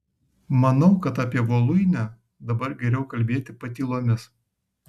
manau kad apie voluinę dabar geriau kalbėti patylomis